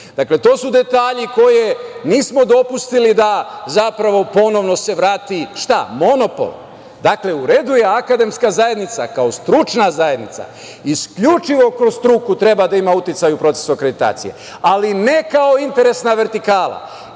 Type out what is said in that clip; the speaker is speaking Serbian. grupe. Dakle, to su detalji zbog kojih nismo dopustili da se ponovo vrati monopol. U redu je, akademska zajednica kao stručna zajednica isključivo kroz struku treba da ima uticaj u procesu akreditacije, ali ne kao interesna vertikala.